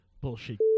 bullshit